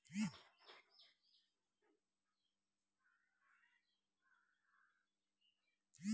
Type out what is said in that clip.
दाँतक दरद आ मुँहक अल्सर मे लौंग खेला सँ आराम भेटै छै